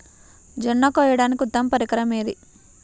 జొన్న కోయడానికి ఉత్తమ పరికరం ఏది?